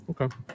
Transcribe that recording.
Okay